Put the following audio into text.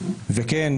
וכן,